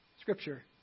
Scripture